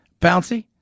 bouncy